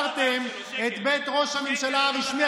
והזנחתם והפקרתם את בית ראש הממשלה הרשמי.